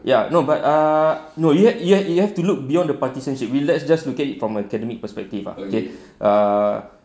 ya no but err no you had you have to look beyond the partisanship let's just look at it from academic perspective ah okay err